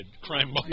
crime